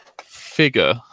figure